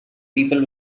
people